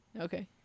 Okay